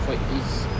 for it's